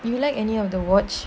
you like any of the watch